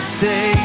say